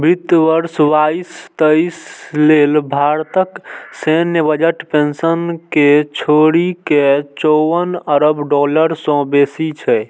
वित्त वर्ष बाईस तेइस लेल भारतक सैन्य बजट पेंशन कें छोड़ि के चौवन अरब डॉलर सं बेसी छै